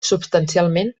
substancialment